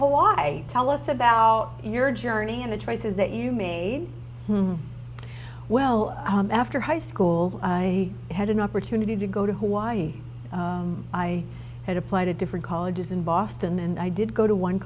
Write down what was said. why tell us about your journey and the choices that you made well after high school i had an opportunity to go to hawaii i had applied to different colleges in boston and i did go to one